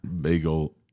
bagel